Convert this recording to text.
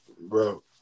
Bro